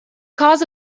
cause